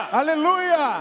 aleluia